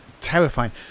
terrifying